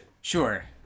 Sure